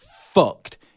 fucked